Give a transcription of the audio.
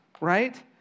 right